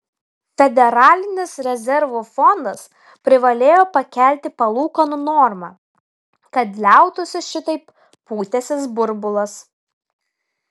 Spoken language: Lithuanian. federalinis rezervų fondas privalėjo pakelti palūkanų normą kad liautųsi šitaip pūtęsis burbulas